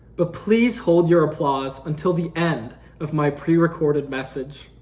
but please hold your applause until the end of my prerecorded message.